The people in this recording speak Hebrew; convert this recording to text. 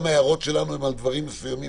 גם ההערות שלנו הן על דברים מסוימים